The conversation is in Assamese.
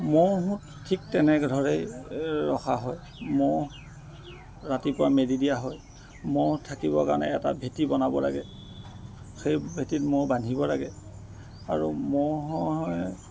ম'হো ঠিক তেনেদৰেই ৰখা হয় ম'হ ৰাতিপুৱা মেলি দিয়া হয় ম'হ থাকিবৰ কাৰণে এটা ভেঁটি বনাব লাগে সেই ভেঁটিত ম'হ বান্ধিব লাগে আৰু ম'হে